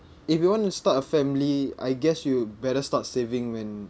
if you want to start a family I guess you better start saving when